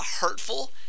hurtful